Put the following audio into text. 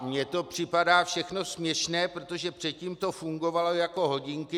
Mně to připadá všechno směšné, protože předtím to fungovalo jako hodinky.